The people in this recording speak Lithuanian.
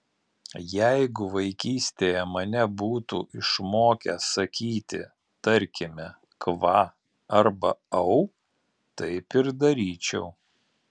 jeigu vaikystėje mane būtų išmokę sakyti tarkime kva arba au taip ir daryčiau